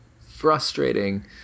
frustrating